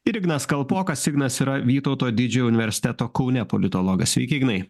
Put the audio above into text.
ir ignas kalpokas ignas yra vytauto didžiojo universiteto kaune politologas sveiki ignai